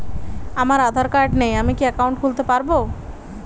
আমার আধার কার্ড নেই আমি কি একাউন্ট খুলতে পারব?